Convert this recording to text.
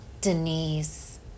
Denise